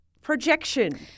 projection